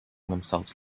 themselves